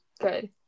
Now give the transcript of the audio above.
good